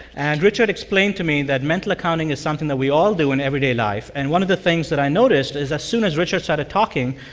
and richard explained to me that mental accounting is something that we all do in everyday life. and one of the things that i noticed is as soon as richard started talking,